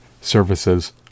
services